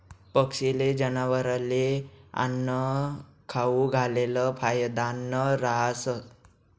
पक्षीस्ले, जनावरस्ले आन्नं खाऊ घालेल फायदानं रहास